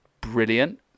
brilliant